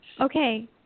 Okay